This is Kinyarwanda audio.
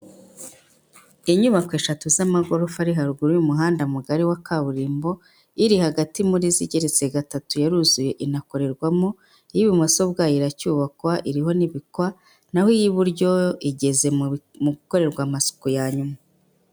Inyubako eshatu z'amagorofa ari haruguru y'umuhanda mugari wa kaburimbo, iri hagati muri zo igeretse gatatu, yaruzuye inakorerwamo, iy'ibumoso bwayo iracyubakwa iriho n'ibikwa naho iy'iburyo igeze mu gukorerwa amasuku ya nyuma.